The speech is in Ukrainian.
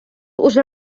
уже